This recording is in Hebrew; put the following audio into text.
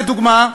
לדוגמה,